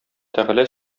тәгалә